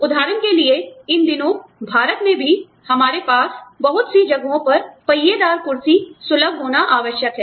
उदाहरण के लिए इन दिनों भारत में भी हमारे पास है बहुत सी जगहों पर पहियेदार कुर्सी सुलभ होना आवश्यक है